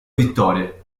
vittorie